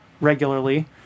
regularly